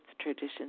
Tradition